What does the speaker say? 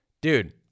Dude